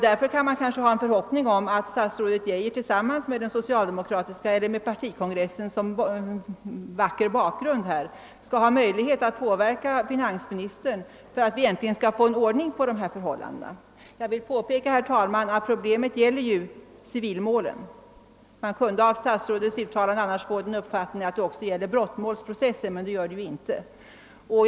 Därför kan man kanske våga hoppas attstatsrådet Geijer, med partikongressen som vacker bakgrund, skall ha möjlighet att påverka finansministern så att vi äntligen kan få en ordning på dessa förhållanden. Jag vill påpeka, herr talman, att problemet gäller civilmålen. Man kunde annars av statsrådets uttalande ha fått den uppfattningen att det också gäller brottmålsprocesser, men så är inte fallet.